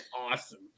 awesome